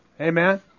Amen